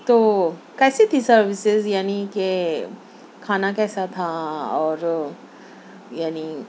تو کیسی تھی سروسیز یعنی کہ کھانا کیسا تھا اور یعنی